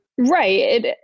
Right